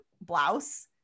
blouse